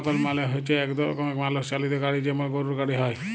ওয়াগল মালে হচ্যে এক রকমের মালষ চালিত গাড়ি যেমল গরুর গাড়ি হ্যয়